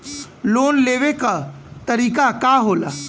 Loan लेवे क तरीकाका होला?